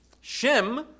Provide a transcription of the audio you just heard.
Shem